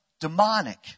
Demonic